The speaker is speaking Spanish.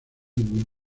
ningún